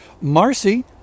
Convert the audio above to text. Marcy